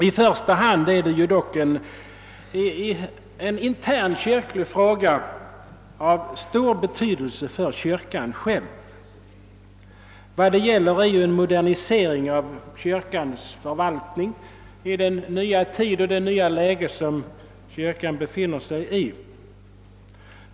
I första hand är detta dock en intern kyrklig fråga av stor betydelse för kyrkan själv. Vad det gäller är ju en modernisering av kyrkans förvaltning i den nya tid och i det nya läge vari kyrkan befinner sig.